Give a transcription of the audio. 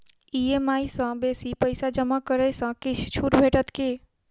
EMI सँ बेसी पैसा जमा करै सँ किछ छुट भेटत की?